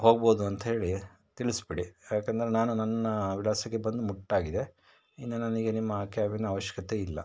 ಹೋಗ್ಬಹುದು ಅಂಥೇಳಿ ತಿಳಿಸ್ಬಿಡಿ ಏಕೆಂದ್ರೆ ನಾನು ನನ್ನ ವಿಳಾಸಕ್ಕೆ ಬಂದು ಮುಟ್ಟಾಗಿದೆ ಇನ್ನು ನನಗೆ ನಿಮ್ಮ ಕ್ಯಾಬಿನ ಅವಶ್ಯಕತೆ ಇಲ್ಲ